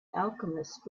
alchemist